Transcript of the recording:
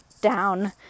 down